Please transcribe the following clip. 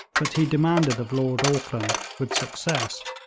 but he demanded of lord auckland with success,